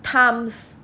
times